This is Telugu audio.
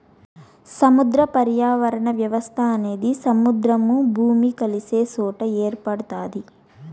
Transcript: సముద్ర పర్యావరణ వ్యవస్థ అనేది సముద్రము, భూమి కలిసే సొట ఏర్పడుతాది